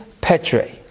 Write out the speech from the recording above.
Petre